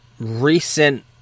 recent